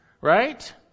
right